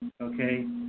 okay